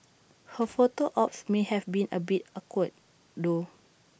her photo ops may have been A bit awkward though